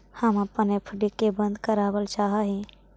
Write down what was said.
हम अपन एफ.डी के बंद करावल चाह ही